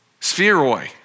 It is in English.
spheroi